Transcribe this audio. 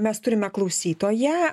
mes turime klausytoją